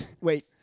Wait